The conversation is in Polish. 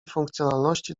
funkcjonalności